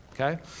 okay